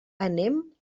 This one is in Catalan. anem